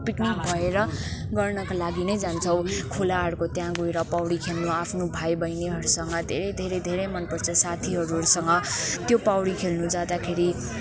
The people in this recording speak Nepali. पिक्निक भएर गर्नका लागि नै जान्छौँ खोलाहरूको त्यहाँ गएर पौडी खेल्नु आफ्नो भाइ बहिनीहरूसँग धेरै धेरै धेरै मनपर्छ साथीहरूसँग त्यो पौडी खेल्नु जाँदाखेरि